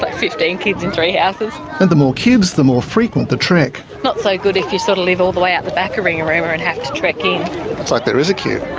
like fifteen kids in three houses. and the more kids, the more frequent the trek. not so good if you so live all the way out the back of ringarooma and have to trek in. looks like there is a queue. oh,